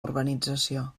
urbanització